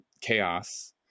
chaos